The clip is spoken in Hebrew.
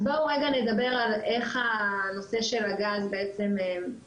אז בואו נדבר איך בעצם הנושא של הגז משפיע